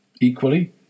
Equally